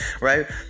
right